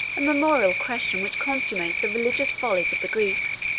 a memorable question which consummates the religious follies of the greeks.